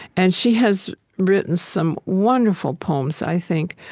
and she has written some wonderful poems, i think,